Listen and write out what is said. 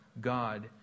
God